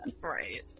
Right